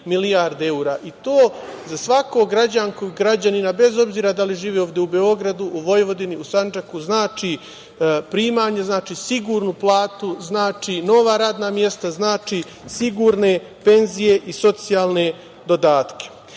i to za svakog građanku i građanina, bez obzira da li živi ovde u Beogradu, u Vojvodini, u Sandžaku znači sigurnu platu, znači nova radna mesta, znači sigurne penzije i socijalne dodatke.Međutim,